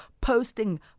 posting